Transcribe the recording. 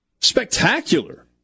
Spectacular